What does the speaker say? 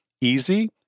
Easy